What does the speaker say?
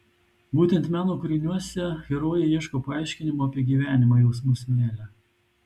būtent meno kūriniuose herojė ieško paaiškinimo apie gyvenimą jausmus meilę